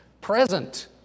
present